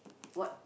what